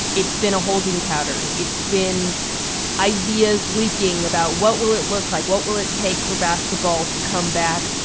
it's been a holding pattern. it's been ideas leaking about what will it look like? what will it take for basketball to come back?